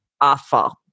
awful